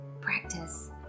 Practice